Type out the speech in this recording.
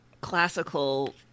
classical